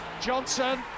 Johnson